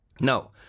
No